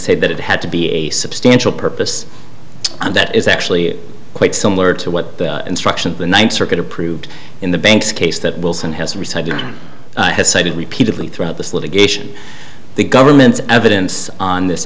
say that it had to be a substantial purpose and that is actually quite similar to what instruction the ninth circuit approved in the bank's case that wilson has resigned has cited repeatedly throughout this litigation the government's evidence on this